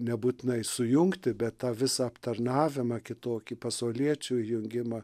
nebūtinai sujungti be tą visą aptarnavimą kitokį pasauliečių įjungimą